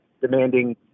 demanding